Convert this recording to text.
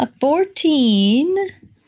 fourteen